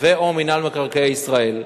ו/או מינהל מקרקעי ישראל,